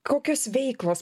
kokios veiklos